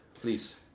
please